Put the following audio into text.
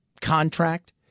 contract